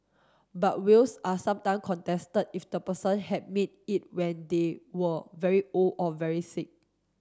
but wills are sometime contested if the person had made it when they were very old or very sick